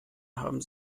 haben